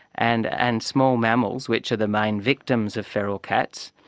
and and small mammals, which are the main victims of feral cats,